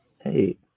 Hey